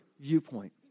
viewpoint